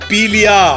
Pilia